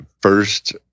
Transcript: First